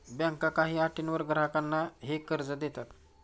बँका काही अटींवर ग्राहकांना हे कर्ज देतात